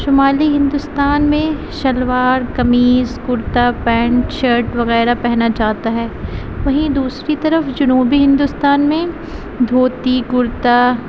شمالی ہندوستان میں salwar kameez kurta pant shirt وغیرہ پہنا جاتا ہے وہیں دوسری طرف جنوبی ہندوستان میں دھوتی کرتا